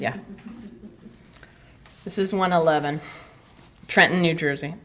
yeah this is one eleven trenton new jersey